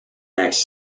next